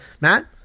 Matt